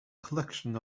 collection